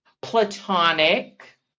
platonic